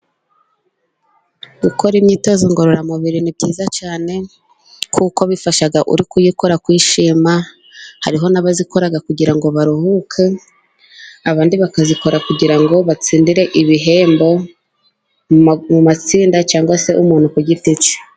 Gukora imyitozo ngororamubiri ni byiza cyane kuko bifasha uri kuyikora kwishima hari n'abayikora kugira ngo baruhuke, abandi bakayikora kugira ngo batsindire ibihembo mu matsinda cyangwa se umuntu ku giti cye.